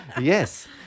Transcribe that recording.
Yes